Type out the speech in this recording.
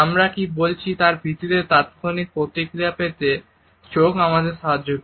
আমরা কি বলছি তার ভিত্তিতে তাৎক্ষণিক প্রতিক্রিয়া পেতে চোখ আমাদের সাহায্য করে